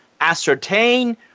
ascertain